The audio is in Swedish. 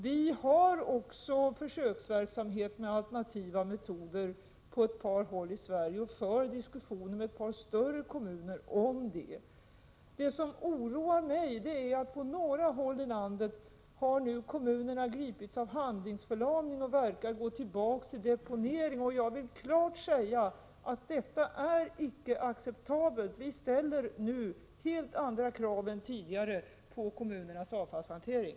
Vi har också försöksverksamhet med alternativa metoder på ett par håll i Sverige, och vi för diskussioner med ett par större kommuner. Det som oroar mig är att kommuner på några håll i landet har gripits av handlingsförlamning. Det verkar som om man går tillbaka till ett system med deponering. Jag vill klart säga att detta icke är acceptabelt. Vi ställer nu helt andra krav än tidigare på kommunernas avfallshantering.